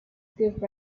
gave